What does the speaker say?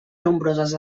nombroses